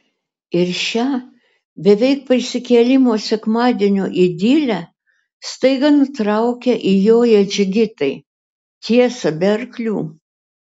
ir šią beveik prisikėlimo sekmadienio idilę staiga nutraukia įjoję džigitai tiesa be arklių